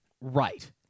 Right